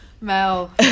Mel